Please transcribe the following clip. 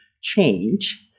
change